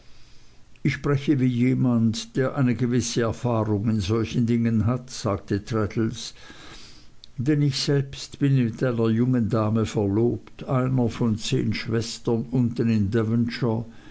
ich spreche wie jemand der eine gewisse erfahrung in solchen dingen hat sagte traddles denn ich selbst bin mit einer jungen dame verlobt einer von zehn schwestern unten in